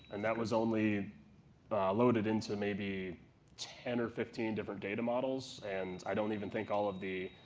and that was only loaded into maybe ten or fifteen different data models. and i don't even think all of the